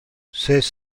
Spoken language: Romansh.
ses